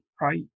right